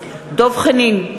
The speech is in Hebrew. דב חנין,